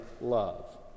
love